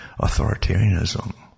authoritarianism